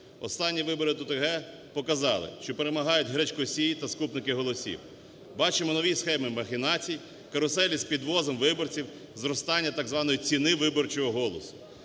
Останні вибори до ТГ показали, що перемагають гречкосії та скупники голосів. Бачимо нові схеми махінацій, каруселі з підвозом виборців, зростання так званої ціни виборчого голосу.